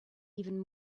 even